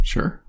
Sure